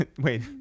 Wait